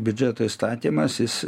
biudžeto įstatymas jis